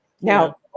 Now